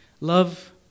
Love